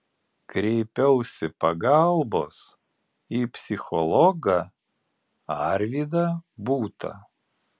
kreipiausi pagalbos į psichologą arvydą būtą